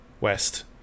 west